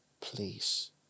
please